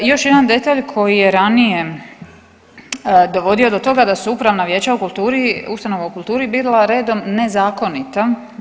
Još jedan detalj koji je ranije dovodio do toga da su upravna vijeća u kulturi, ustanova u kulturi bila redom nezakonita.